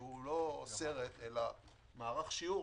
שהוא לא סרט אלא מערך שיעור,